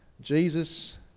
Jesus